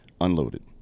unloaded